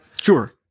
Sure